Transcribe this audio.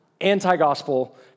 anti-gospel